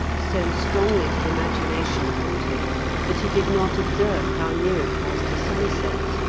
so strongly did imagination hold him that he did not observe how near it was to sunset,